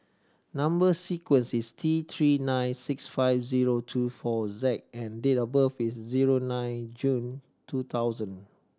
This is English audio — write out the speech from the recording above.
number sequence is T Three nine six five zero two four Z and date of birth is zero nine June two thousand